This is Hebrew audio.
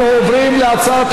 הצעת